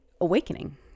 awakening